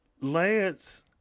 Lance